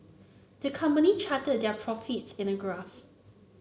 the company charted their profits in a graph